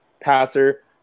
passer